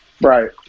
Right